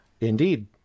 Indeed